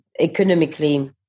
economically